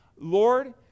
Lord